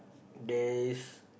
there is